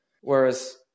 Whereas